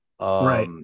Right